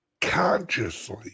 consciously